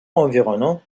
environnant